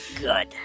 good